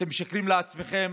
אתם משקרים לעצמכם,